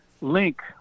link